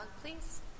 please